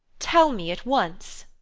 tell me at once!